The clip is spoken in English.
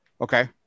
Okay